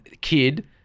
kid